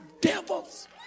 devils